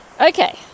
Okay